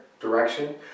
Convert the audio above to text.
direction